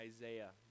Isaiah